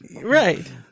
Right